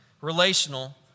relational